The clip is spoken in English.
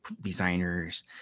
designers